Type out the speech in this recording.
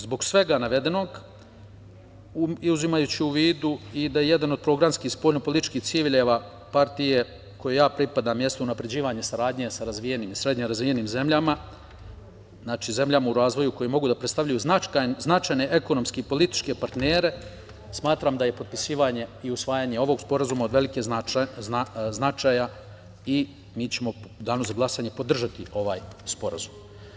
Zbog svega navedenog, uzimajući u vidu i da jedan od programskih spoljnopolitičkih ciljeva partije kojoj ja pripadam jesu unapređivanje saradnje sa razvijenim, srednje razvijenim zemljama, znači, zemljama u razvoju koje mogu da predstavljaju značajne ekonomske i političke partnere, smatram da je potpisivanje i usvajanje ovog sporazuma od velikog značaja i mi ćemo u danu za glasanje podržati ovaj sporazum.